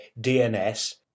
DNS